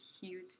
huge